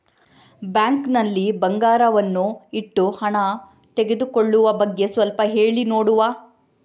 Bank ನಲ್ಲಿ ಬಂಗಾರವನ್ನು ಇಟ್ಟು ಹಣ ತೆಗೆದುಕೊಳ್ಳುವ ಬಗ್ಗೆ ಸ್ವಲ್ಪ ಹೇಳಿ ನೋಡುವ?